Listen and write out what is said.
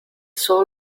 soul